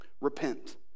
Repent